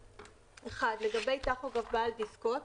לגבי טכוגרף בעל דסקות,